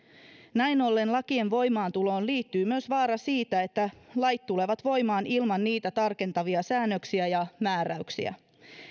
näin ollen lakien voimaantuloon liittyy myös vaara siitä että lait tulevat voimaan ilman niitä tarkentavia säännöksiä ja määräyksiä